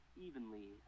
evenly